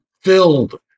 filled